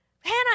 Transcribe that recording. Hannah